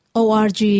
org